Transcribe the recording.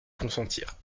consentir